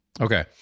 Okay